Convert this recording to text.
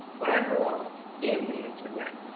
but i grew up in the internet,